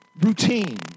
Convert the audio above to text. routine